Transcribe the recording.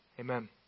Amen